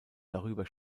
darüber